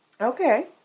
Okay